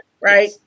Right